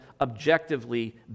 objectively